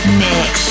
mix